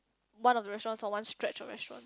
one of the restaurants or one stretch of restaurant